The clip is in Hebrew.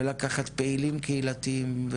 ולקחת פעילים קהילתיים,